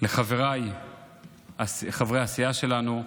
ולחבריי חברי הסיעה שלנו.